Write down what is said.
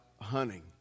hunting